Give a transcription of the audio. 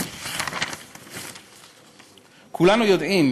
כולנו יודעים